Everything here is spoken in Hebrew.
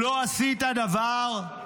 לא עשית דבר.